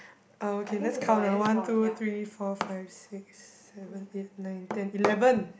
um okay let's count now one two three four five six seven eight nine ten eleven